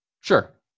Sure